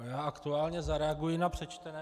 Já aktuálně zareaguji na přečtené.